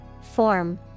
Form